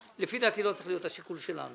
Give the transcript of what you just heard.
לפי דעתי זה גם לא צריך להיות השיקול שלנו.